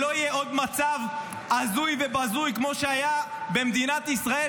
שלא יהיה עוד מצב הזוי ובזוי כמו שהיה במדינת ישראל,